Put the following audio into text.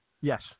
Yes